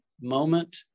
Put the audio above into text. moment